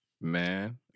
Man